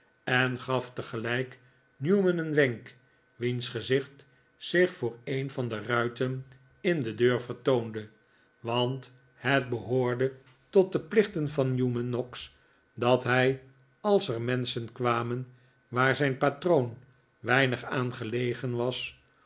en gaf tegelijk newman een wenk wiens gezicht zich voor een van de ruiten in de deur vertoonde want het behoorde tot de plichten van newman noggs dat hij als er menschen kwamen waar zijn patroon weinig aan gelegen was